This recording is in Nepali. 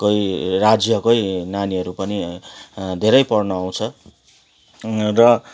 कै राज्यकै नानीहरू पनि धेरै पढ्न आउँछ र